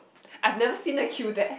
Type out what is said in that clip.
I've never seen the queue there